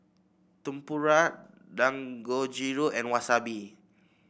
Tempura Dangojiru and Wasabi